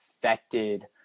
affected